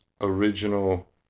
original